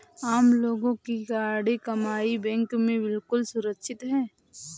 आम लोगों की गाढ़ी कमाई बैंक में बिल्कुल सुरक्षित है